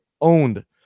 owned